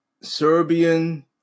Serbian